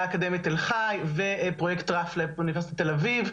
האקדמית תל חי ופרויקט --- באוניברסיטת תל אביב.